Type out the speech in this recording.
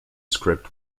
script